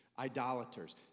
Idolaters